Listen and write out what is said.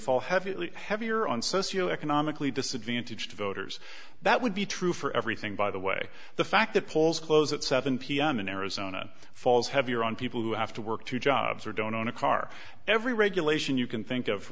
fall heavily heavier on socio economically disadvantaged voters that would be true for everything by the way the fact that polls close at seven pm in arizona falls heavier on people who have to work two jobs or don't own a car every regulation you can think of